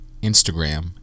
Instagram